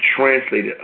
translated